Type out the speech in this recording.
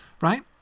Right